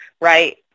right